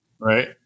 Right